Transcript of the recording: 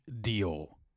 deal